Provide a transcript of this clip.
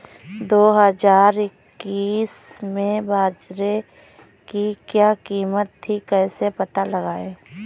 दो हज़ार इक्कीस में बाजरे की क्या कीमत थी कैसे पता लगाएँ?